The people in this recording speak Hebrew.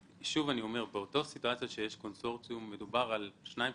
באותה סיטואציה שיש קונסורציום מדובר על שניים-